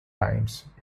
times